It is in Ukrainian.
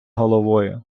головою